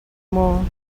maw